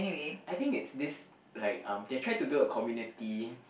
I think it's this like um they try to build a community